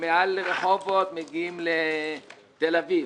מעל לרחובות מגיעים לתל אביב.